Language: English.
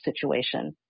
situation